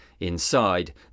Inside